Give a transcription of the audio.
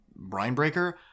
Brinebreaker